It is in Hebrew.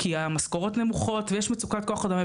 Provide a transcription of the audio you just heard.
כי המשכורות נמוכות ויש מצוקת כוח אדם.